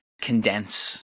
condense